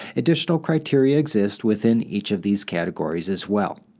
additional criteria exist within each of these categories as well.